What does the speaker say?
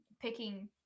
picking